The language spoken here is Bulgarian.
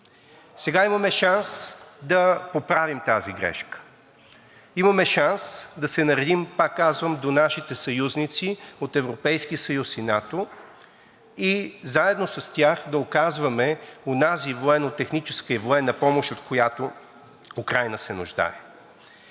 Сега имаме шанс да поправим тази грешка. Имаме шанс да се наредим, пак казвам, до нашите съюзници от Европейския съюз и НАТО и заедно с тях да оказваме онази военно-техническа и военна помощ, от която Украйна се нуждае.